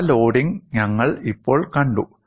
ആ ലോഡിംഗ് ഞങ്ങൾ ഇപ്പോൾ കണ്ടു